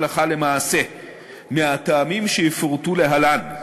הלכה למעשה מהטעמים שיפורטו להלן.